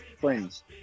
friends